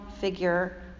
figure